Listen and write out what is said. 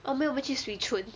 oh 没有我们去 swee choon